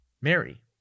Mary